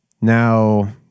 Now